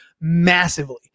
massively